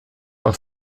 par